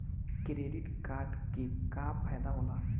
Credit card के का फायदा होला?